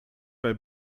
bei